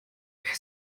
wer